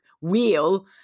wheel